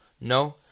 no